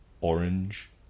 orange